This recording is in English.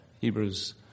Hebrews